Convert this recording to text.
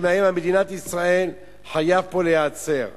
שמאיים על מדינת ישראל חייב להיעצר פה.